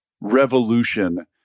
revolution